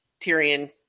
Tyrion